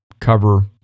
cover